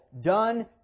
done